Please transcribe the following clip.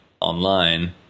online